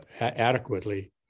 adequately